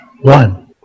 One